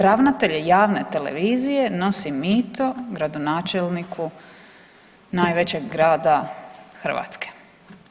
Ravnatelj javne televizije nosi mito gradonačelniku najvećeg grada Hrvatske.